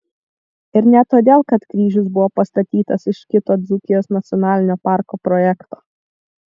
ir ne todėl kad kryžius buvo pastatytas iš kito dzūkijos nacionalinio parko projekto